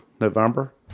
November